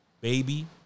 baby